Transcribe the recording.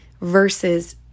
versus